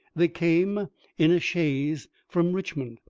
they came in a chaise from richmond.